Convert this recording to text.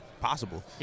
possible